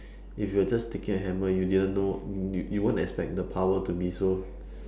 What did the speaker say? if you're just taking a hammer you didn't know you you won't expect the power to be so